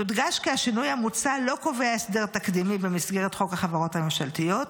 יודגש כי השינוי המוצע לא קובע הסדר תקדימי במסגרת חוק החברות הממשלתיות